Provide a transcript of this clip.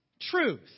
truth